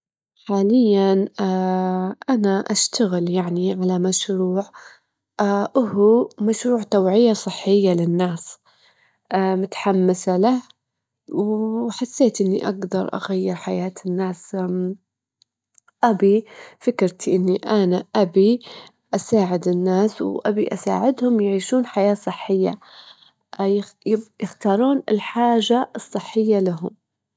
أبي أن الشعر يكون قامة- قامة في المجتمع، أعتقد أن الشعر مهم لأنه يعكس شخصية الناس وأهتمامتهم، الناس في العصر الحديث يختارون جصات تصفيفات- تصفيفات تعبر عن أسلوب حياتهم.